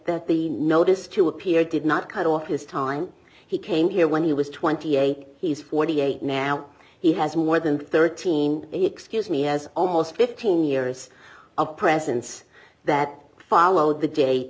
the notice to appear did not cut off his time he came here when he was twenty eight he's forty eight now he has more than thirteen excuse me as almost fifteen years of presence that followed the day